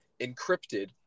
encrypted